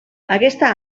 aquesta